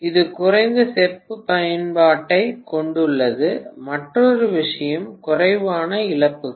இது குறைந்த செப்பு பயன்பாட்டைக் கொண்டுள்ளது மற்றொரு விஷயம் குறைவான இழப்புகள்